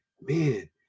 man